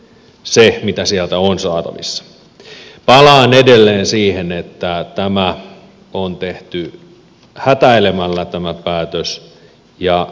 se mitä sieltä on saatavissa ollaan edelleen siihen että tämä on tehty hätäilemalla tämä päätös ja